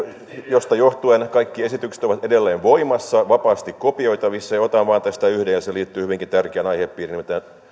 mistä johtuen kaikki esitykset ovat edelleen voimassa vapaasti kopioitavissa otan tästä esiin vain yhden ja se liittyy hyvinkin tärkeään aihepiiriin nimittäin